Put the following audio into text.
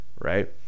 right